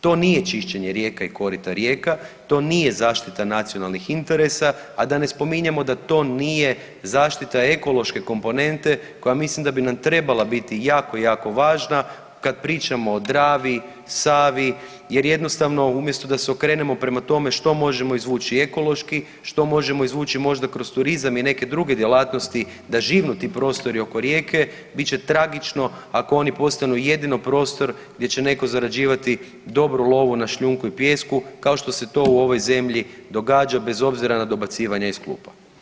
To nije čišćenje rijeka i korita rijeka, to nije zaštita nacionalnih interesa, a da ne spominjemo da to nije zaštita ekološke komponente koja mislim da bi nam trebala biti jako, jako važna kad pričamo o Dravi, Savi jer jednostavno umjesto da se okrenemo prema tome što možemo izvući ekološki, što možemo izvući možda kroz turizam i neke druge djelatnosti da živnu ti prostori oko rijeke bit će tragično ako oni postanu jedino prostor gdje će netko zarađivati dobru lovu na šljunku i pijesku kao što se to u ovoj zemlji događa bez obzira na dobacivanja iz klupa.